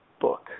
book